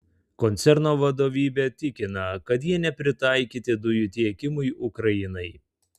koncerno vadovybė tikina kad jie nepritaikyti dujų tiekimui ukrainai